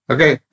Okay